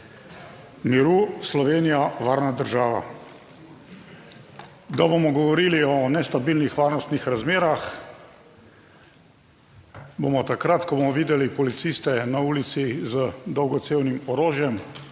miru Slovenija varna država. Da bomo govorili o nestabilnih varnostnih razmerah, bomo takrat, ko bomo videli policiste na ulici z dolgocevnim orožjem